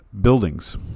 buildings